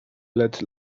let